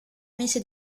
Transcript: mese